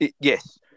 yes